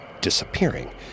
disappearing